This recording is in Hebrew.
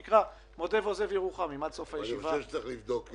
מודה ועוזב ירוחם אם עד סוף הישיבה --- אני חושב שצריך לבדוק.